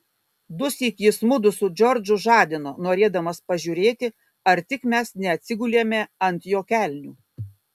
dusyk jis mudu su džordžu žadino norėdamas pažiūrėti ar tik mes neatsigulėme ant jo kelnių